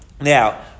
Now